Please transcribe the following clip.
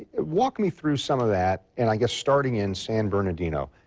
walk me through some of that and i guess starting in san bernardino,